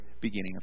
beginning